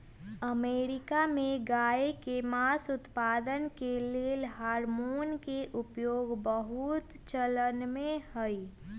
America में गायके मास उत्पादन के लेल हार्मोन के उपयोग बहुत चलनमें हइ